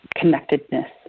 connectedness